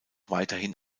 weiterhin